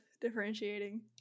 differentiating